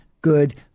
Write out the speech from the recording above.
good